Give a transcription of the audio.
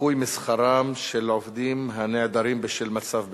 ניכוי משכרם של עובדים הנעדרים ממקומות עבודתם בשל מצב ביטחוני,